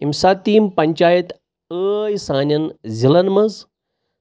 ییٚمہِ ساتہٕ تہِ یِم پنٛچایت ٲے سانٮ۪ن ضِلعن منٛز